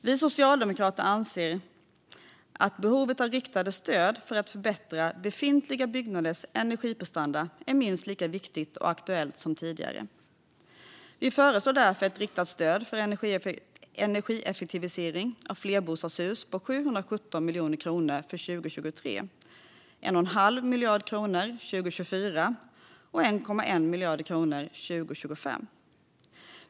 Vi socialdemokrater anser att behovet av riktade stöd för att förbättra befintliga byggnaders energiprestanda är minst lika viktigt och aktuellt som tidigare. Vi föreslår därför ett riktat stöd för energieffektivisering av flerbostadshus på 717 miljoner kronor för 2023, 1,5 miljarder kronor 2024 och 1,1 miljarder 2025.